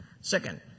Second